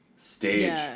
stage